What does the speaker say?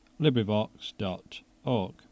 LibriVox.org